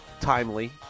timely